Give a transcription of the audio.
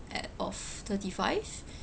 at of thirty five